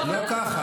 לא קרה כלום.